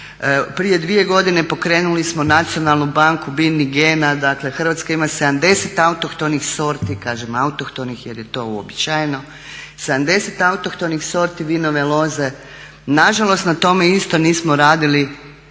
Prije dvije godine pokrenuli smo nacionalnu banku biljnih gena. Dakle, Hrvatska ima 70 autohtonih sorti, kažem autohtonih jer je to uobičajeno, 70 autohtonih sorti vinove loze. Nažalost na tome isto nismo radili, radili